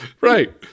Right